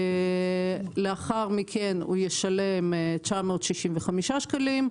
לאחר מכן, הוא ישלם 965 שקלים.